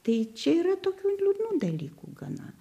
tai čia yra tokių ir liūdnų dalykų gana